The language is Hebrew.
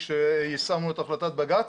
כשיישמנו את החלטת בג"צ,